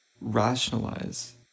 rationalize